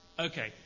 Okay